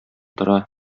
тора